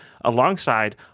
alongside